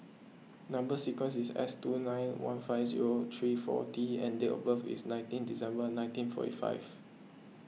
Number Sequence is S two nine one five zero three four T and date of birth is nineteen December nineteen forty five